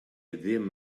ddim